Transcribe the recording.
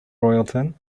royalton